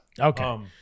Okay